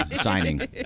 signing